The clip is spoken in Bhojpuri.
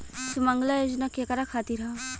सुमँगला योजना केकरा खातिर ह?